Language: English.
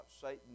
Satan